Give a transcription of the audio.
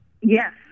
Yes